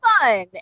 fun